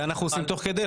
זה אנחנו עושים תוך כדי,